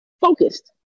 focused